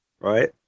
right